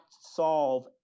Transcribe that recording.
solve